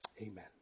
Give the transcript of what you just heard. amen